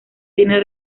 tiene